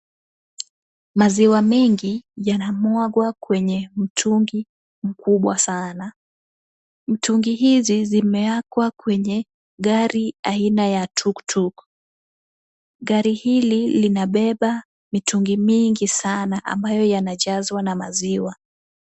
Maziwa mingi yanamwagwa kwenye mtungi mkubwa sana. Mtungi hizi zimewekwa kwenye gari aina ya tuktuk. Gari hili linabeba mitungi mingi sana ambayo yanajazwa na maziwa.